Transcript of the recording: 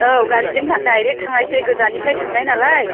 औ गारिजों डायरेक्ट थांनोसै गोजाननिफ्राय थांनाय नालाय